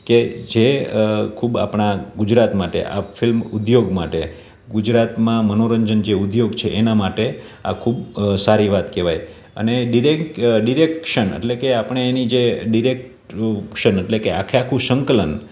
કે જે ખૂબ આપણાં ગુજરાત માટે આ ફિલ્મ ઉદ્યોગ માટે ગુજરાતમાં મનોરંજન જે ઉદ્યોગ છે એના માટે આ ખૂબ સારી વાત કહેવાય અને ડિરેક્શન એટલે કે આપણે એની જે ડિરેકશન એટલે કે આખે આખું સંકલન